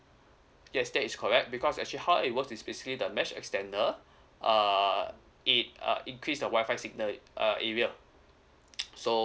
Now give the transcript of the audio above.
yes that is correct because actually how it work is basically the mesh extender uh it uh increase the wifi signal uh area so